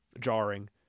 jarring